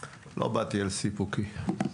לא באתי על סיפוקי.